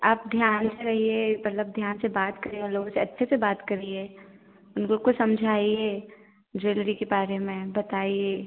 आप ध्यान से रहिए मतलब ध्यान से बात करें और लोगों से अच्छे से बात करिए उन लोग को समझाइए ज्वेलरी के बारे में बताइए